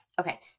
okay